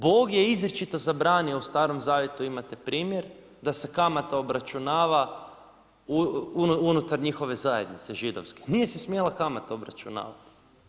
Bog je izričito zabranio u Starom zavjetu, imate primjer, da se kamata obračunava unutar njihove zajednice, židovske, nije se smjela kamata obračunavat.